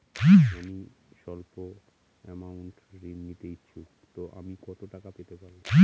আমি সল্প আমৌন্ট ঋণ নিতে ইচ্ছুক তো আমি কত টাকা পেতে পারি?